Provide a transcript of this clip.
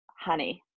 honey